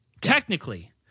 Technically